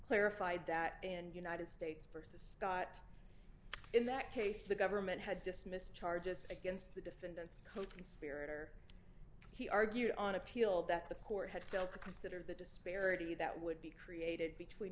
clarified that and united states versus scott in that case the government had dismissed charges against the defendants coconspirator he argued on appeal that the court had failed to consider the disparity that would be created between